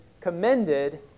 commended